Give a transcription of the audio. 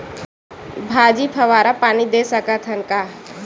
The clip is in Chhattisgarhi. भाजी फवारा पानी दे सकथन का?